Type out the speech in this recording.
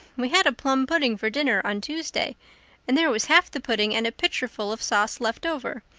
we had a plum pudding for dinner on tuesday and there was half the pudding and a pitcherful of sauce left over.